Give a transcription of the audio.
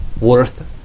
worth